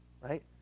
right